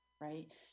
right